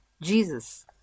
Jesus